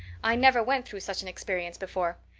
i never went through such an experience before.